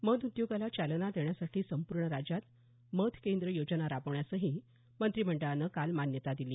मध उद्योगाला चालना देण्यासाठी संपूर्ण राज्यात मध केंद्र योजना राबवण्यासही मंत्रीमंडळानं काल मान्यता दिली